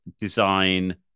design